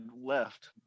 left